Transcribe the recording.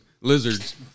lizards